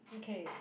okay